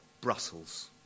Brussels